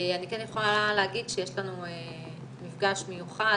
אני כן יכולה להגיד שיש לנו מפגש מיוחד,